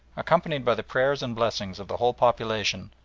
accompanied by the prayers and blessings of the whole population,